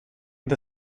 the